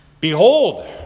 Behold